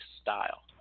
style